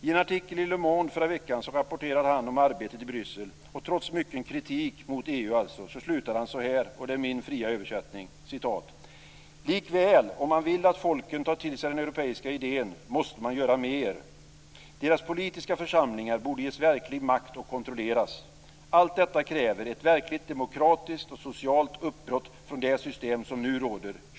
I en artikel i Le Monde förra veckan rapporterade han om arbetet i Bryssel, och trots mycken kritik mot EU slutar han så här, i min fria översättning: Likväl, om man vill att folken tar till sig den europeiska idén, måste man göra mer: deras politiska församlingar borde ges verklig makt och kontrolleras. Allt detta kräver ett verkligt demokratiskt och socialt uppbrott från det system som nu råder.